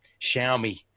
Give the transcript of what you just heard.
Xiaomi